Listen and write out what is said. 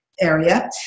area